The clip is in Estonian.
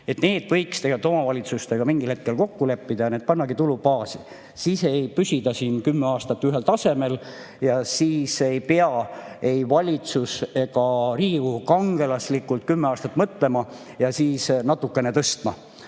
toetus, võiks tegelikult omavalitsustega mingil hetkel kokku leppida ja need pannagi tulubaasi. Siis ei püsi see kümme aastat ühel tasemel ja ei pea ei valitsus ega Riigikogu kangelaslikult kümme aastat mõtlema ja siis natukene tõstma.